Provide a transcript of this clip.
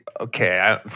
Okay